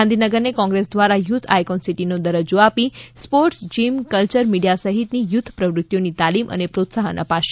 ગાંધીનગરને કોંગ્રેસ દ્વારા youth icon સીટીનો દરજ્જો આપી સ્પોર્ટસ જીમ કલ્યર મીડીયા સહિતની યુથ પ્રવૃત્તિઓની તાલીમ અને પ્રોત્સાહન અપાશે